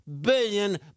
billion